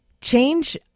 change